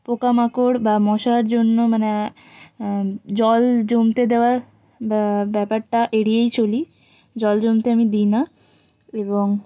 পোকামাকড় বা মশার জন্য মানে জল জমতে দেওয়ার বা ব্যাপারটা এড়িয়েই চলি জল জমতে আমি দিই না এবং